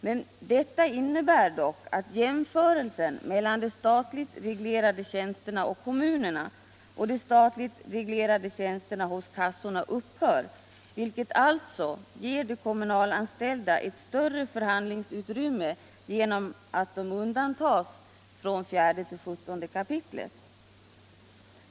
Men detta innebär dock att jämförelsen mellan de statligt reglerade tjänsterna i kommunerna och de statligt reglerade tjänsterna i kassorna upphör, vilket alltså ger de kommunalanställda ett större förhandlingsutrymme genom att de undantas från 4 §-17 §.